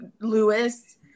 Lewis